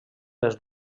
les